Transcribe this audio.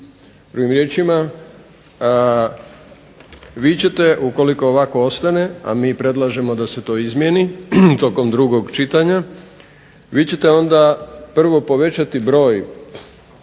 Drugim riječima, vi ćete ukoliko ovako ostane, a mi predlažemo da se to izmijeni tokom drugog čitanja, vi ćete onda prvo povećati broj